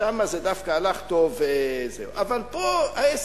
שמה זה דווקא הלך טוב, אבל פה העסק,